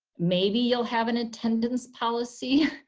maybe you'll have an attendance policy.